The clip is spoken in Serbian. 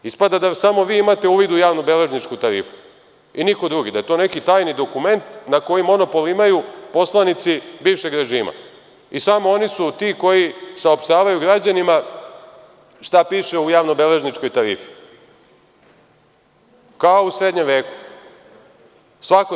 Ispada da samo vi imate uvid u javnobeležničku tarifu i niko drugi, da je to neki tajni dokument na koji monopol imaju poslanici bivšeg režima i samo oni su ti koji saopštavaju građanima šta piše u javnobeležničkoj tarifi, kao u srednjem veku.